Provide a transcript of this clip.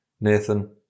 Nathan